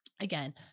again